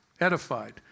edified